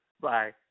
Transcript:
Bye